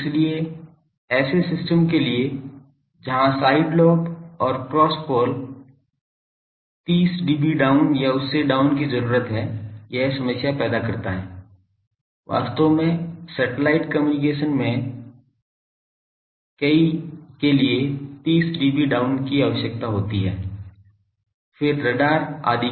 इसलिए ऐसे सिस्टम के लिए जहां साइड लॉब और क्रॉस पोल 30 dB डाउन या उससे डाउन की जरुरत हैं यह समस्या पैदा करता है वास्तव में सैटेलाइट कम्युनिकेशन सिस्टम में से कई के लिए 30 dB डाउन की आवश्यकता होती है फिर राडार आदि